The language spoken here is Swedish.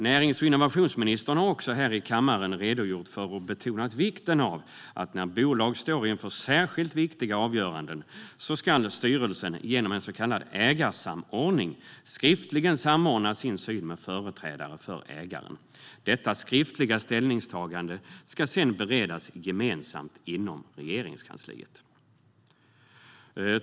Närings och innovationsministern har också här i kammaren redogjort för och betonat vikten av att när bolag står inför särskilt viktiga avgöranden ska styrelsen, genom en så kallad ägarsamordning, skriftligen samordna sin syn med företrädare för ägaren. Detta skriftliga ställningstagande ska sedan beredas gemensamt inom Regeringskansliet.